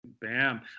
bam